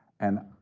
and